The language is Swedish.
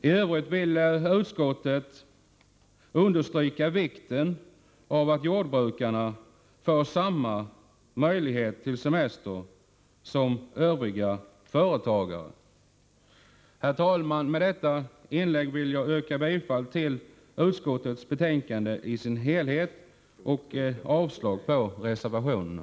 I övrigt vill utskottet understryka vikten av att jordbrukarna får samma möjligheter till semester som andra företagare. Herr talman! Med detta inlägg vill jag yrka bifall till utskottets hemställan i dess helhet och avslag på reservationerna.